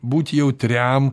būti jautriam